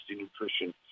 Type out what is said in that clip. nutrition